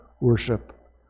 worship